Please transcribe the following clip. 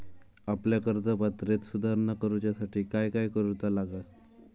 आपल्या कर्ज पात्रतेत सुधारणा करुच्यासाठी काय काय करूचा लागता?